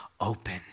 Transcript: open